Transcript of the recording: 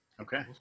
okay